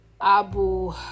Abu